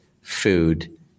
food